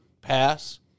pass